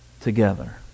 together